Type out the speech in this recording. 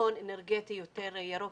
לביטחון אנרגטי יותר ירוק